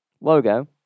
logo